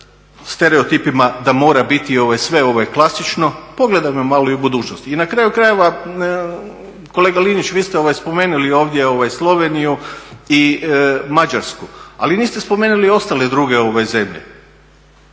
stereotipima da mora biti sve klasično, pogledajmo malo i u budućnost. I na kraju krajeva kolega Linić vi ste spomenuli ovdje Sloveniji i Mađarsku ali niste spomenuli ostale druge zemlje.